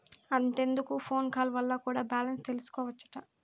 అంతెందుకు phone call వల్ల కూడా బాలెన్స్ తెల్సికోవచ్చట